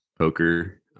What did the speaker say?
Poker